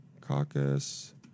Caucus